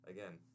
Again